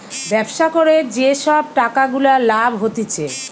ব্যবসা করে যে সব টাকা গুলা লাভ হতিছে